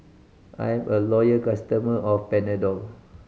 I'm a loyal customer of Panadol